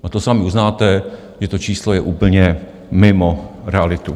A to sami uznáte, že to číslo je úplně mimo realitu.